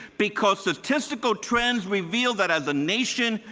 because statistical trends reveal that as a nation,